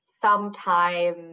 sometime